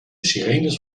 sirenes